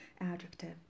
adjective